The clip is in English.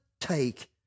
take